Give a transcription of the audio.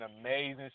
amazing